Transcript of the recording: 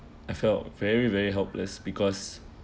I felt very very helpless because